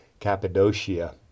Cappadocia